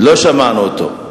לא שמענו אותו,